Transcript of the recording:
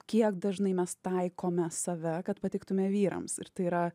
kiek dažnai mes taikome save kad patiktume vyrams ir tai yra